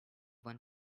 one